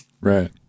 Right